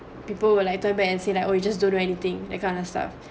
people will like turn back and say like oh you just don't know anything that kind of stuff